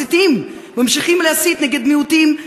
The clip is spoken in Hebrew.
מסיתים וממשיכים להסית נגד מיעוטים,